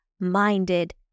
Minded